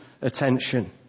attention